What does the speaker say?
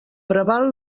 preval